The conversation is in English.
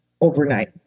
overnight